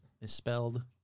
misspelled